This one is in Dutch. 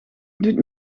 doet